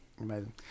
Amazing